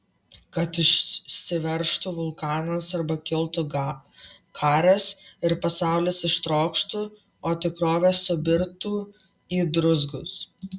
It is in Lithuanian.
kad išsiveržtų vulkanas arba kiltų karas ir pasaulis ištrokštų o tikrovė subirtų į druzgus